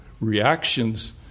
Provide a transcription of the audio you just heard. reactions